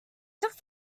took